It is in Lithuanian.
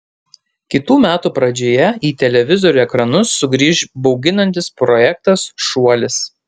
kitų metų pradžioje į televizorių ekranus sugrįš bauginantis projektas šuolis